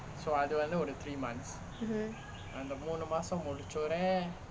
mmhmm